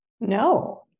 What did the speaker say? No